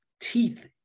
teeth